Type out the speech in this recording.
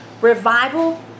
Revival